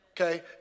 Okay